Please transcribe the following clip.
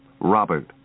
Robert